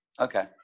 okay